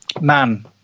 Man